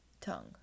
tongue